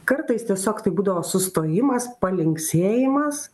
kartais tiesiog tai būdavo sustojimas palinksėjimas